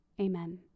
Amen